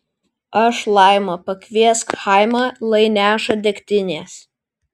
aš laima pakviesk chaimą lai neša degtinės